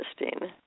interesting